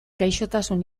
gaixotasun